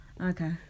Okay